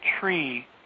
tree